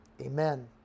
Amen